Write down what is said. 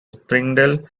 springdale